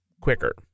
quicker